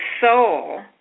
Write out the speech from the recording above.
soul